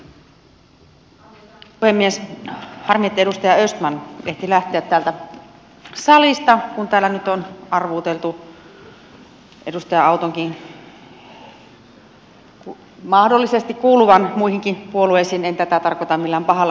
harmi että edustaja östman ehti lähteä täältä salista kun täällä nyt on arvuuteltu edustaja autonkin mahdollisesti kuuluvan muihinkin puolueisiin en tätä tarkoita millään pahalla